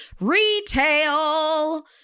Retail